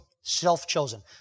self-chosen